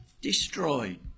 destroyed